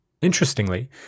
Interestingly